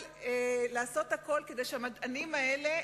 לעשות הכול כדי שהמדענים האלה,